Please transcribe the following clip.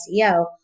SEO